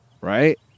right